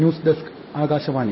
news desk Akashvani